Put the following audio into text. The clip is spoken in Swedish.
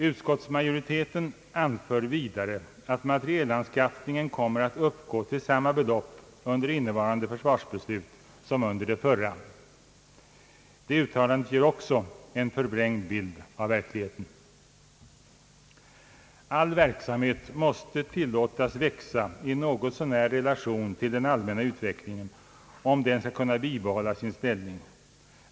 Utskottsmajoriteten anför vidare att materielanskaffningen kommer att uppgå till samma belopp under innevarande försvarsbeslut som under det förra. Detta uttalande ger också en förvrängd bild av verkligheten. All verksamhet måste tillåtas växa något så när i relation till den allmänna utvecklingen för att verksamheten skall kunna bibehålla sin ställning.